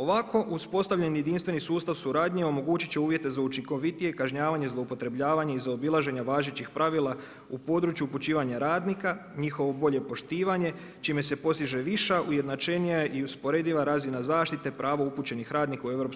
Ovako uspostavljeni jedinstveni sustav suradnje omogućiti će uvjete za učinkovitije kažnjavanje, zloupotrebljavanje i zaobilaženja važećih pravila u području upućivanja radnika, njihovo bolje poštivanje, čime se postiže viša, ujednačenija i usporediva razina zaštita pravo upućenih radnika u EU,